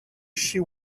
she